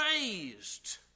raised